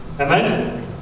Amen